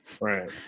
Right